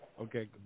Okay